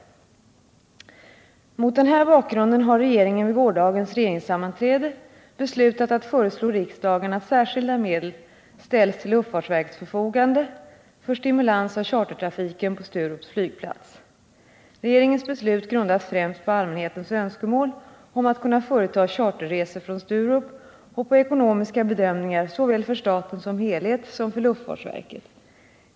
Mot den här bakgrunden har regeringen vid gårdagens regeringssammanträde beslutat att föreslå riksdagen att särskilda medel ställs till luftfartsverkets förfogande för stimulans av chartertrafiken på Sturups flygplats. Regeringens beslut grundas främst på allmänhetens önskemål om att kunna företa charterresor från Sturup och på ekonomiska bedömningar såväl för staten som helhet som för luftfartsverket.